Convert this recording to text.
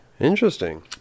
Interesting